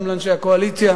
גם לאנשי הקואליציה.